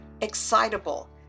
excitable